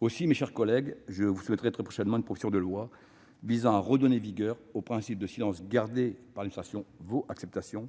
Aussi, mes chers collègues, je vous soumettrai très prochainement une proposition de loi visant à redonner vigueur au principe du « silence gardé par l'administration vaut acceptation